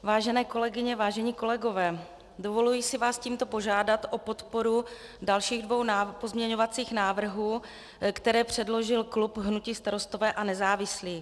Vážené kolegyně, vážení kolegové, dovoluji si vás tímto požádat o podporu dalších dvou pozměňovacích návrhů, které předložil klub hnutí Starostové a nezávislí.